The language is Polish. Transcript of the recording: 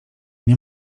nie